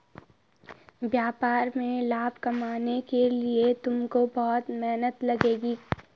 व्यापार में लाभ कमाने के लिए तुमको बहुत मेहनत लगेगी